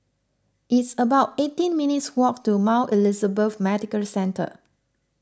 it's about eighteen minutes' walk to Mount Elizabeth Medical Centre